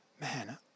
Man